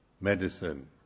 medicine